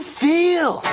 feel